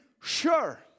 sure